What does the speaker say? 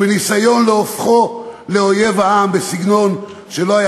בניסיון להופכו לאויב העם בסגנון שלא היה